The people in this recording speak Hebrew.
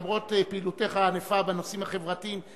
למרות פעילותך הענפה בנושאים החברתיים,